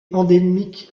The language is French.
endémique